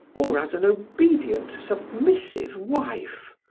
or as an obedient, submissive wife.